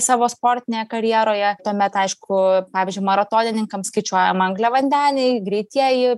savo sportinėje karjeroje tuomet aišku pavyzdžiui maratonininkams skaičiuojama angliavandeniai greitieji